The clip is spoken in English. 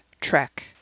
trek